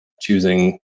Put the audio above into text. choosing